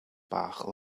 bach